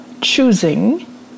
choosing